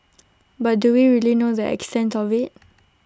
but do we really know the extent of IT